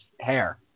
hair